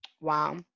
Wow